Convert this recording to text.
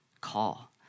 call